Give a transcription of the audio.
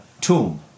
tomb